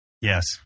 Yes